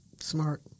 Smart